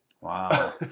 Wow